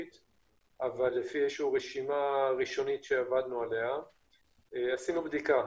אבל יש לפי רשימה ראשונית שעבדנו עליה עשינו בדיקה,